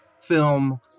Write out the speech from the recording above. film